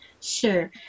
Sure